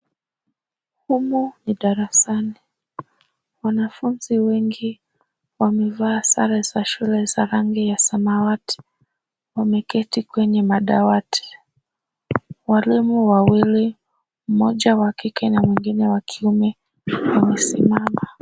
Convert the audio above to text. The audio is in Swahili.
Humu ni darasani. Wanafunzi wengi wamevaa sare za shule za rangi ya samawati. Wameketi kwenye madawati. Walimu wawili, mmoja wa kike, na mwingine wa kiume, wamesimama.